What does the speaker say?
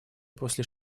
после